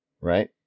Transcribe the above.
Right